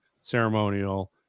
ceremonial